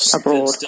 abroad